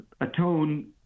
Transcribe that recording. atone